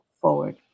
forward